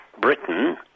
Britain